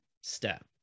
step